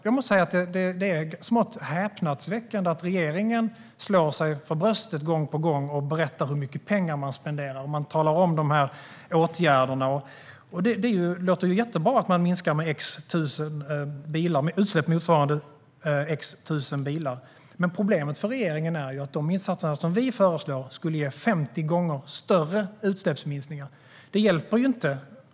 Jag måste säga att det är smått häpnadsväckande att regeringen gång på gång slår sig för bröstet och berättar hur mycket pengar man spenderar och talar om åtgärderna. Det låter ju jättebra att man minskar utsläppen med motsvarande x tusen bilar, men problemet för regeringen är att de insatser vi föreslår skulle ge en 50 gånger större utsläppsminskning.